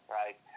right